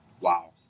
Wow